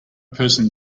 person